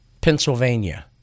Pennsylvania